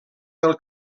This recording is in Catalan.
del